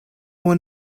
one